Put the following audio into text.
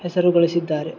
ಹೆಸರುಗಳಿಸಿದ್ದಾರೆ